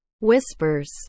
Whispers